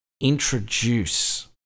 introduce